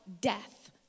death